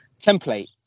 template